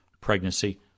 pregnancy